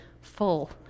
full